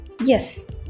Yes